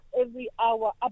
every-hour